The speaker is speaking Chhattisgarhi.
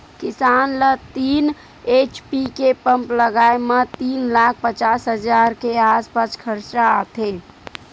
किसान ल तीन एच.पी के पंप लगाए म तीन लाख पचास हजार के आसपास खरचा आथे